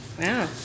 Wow